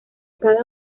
cada